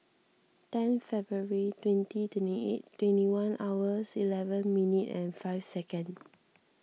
ten February twenty twenty eight twenty one hours eleven minute and five second